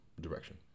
direction